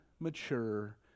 mature